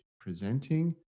presenting